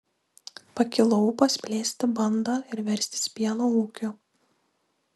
pakilo ūpas plėsti bandą ir verstis pieno ūkiu